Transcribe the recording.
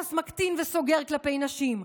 יחס מקטין וסוגר כלפי נשים,